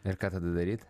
ir ką tada daryt